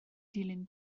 dilyn